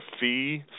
fee